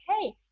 hey